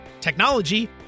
technology